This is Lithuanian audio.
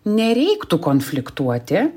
nereiktų konfliktuoti